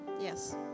Yes